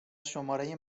شماره